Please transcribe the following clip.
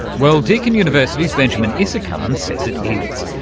well, deakin university's benjamin isakhan says it is.